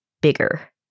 bigger